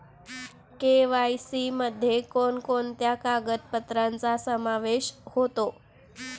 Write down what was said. KYC मध्ये कोणकोणत्या कागदपत्रांचा समावेश होतो?